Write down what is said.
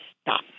stop